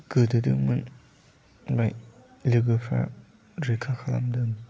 गोदोदोंमोन ओमफ्राय लोगोफ्रा रैखा खालामदों